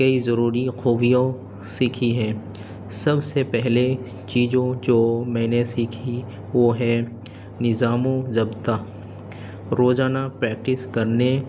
کئی ضروری خوبیوں سیکھی ہیں سب سے پہلے چیزوں جو میں نے سیکھی وہ ہے نظام و ضابطہ روزانہ پریکٹس کرنے